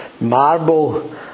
marble